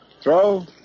Throw